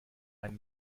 ein